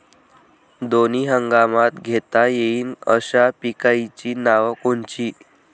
दोनी हंगामात घेता येईन अशा पिकाइची नावं कोनची?